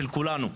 של כולנו.